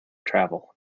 travel